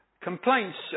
complaints